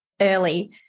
early